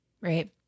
Right